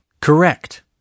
Correct